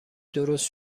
درست